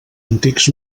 antics